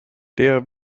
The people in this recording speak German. der